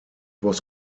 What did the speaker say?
was